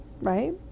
right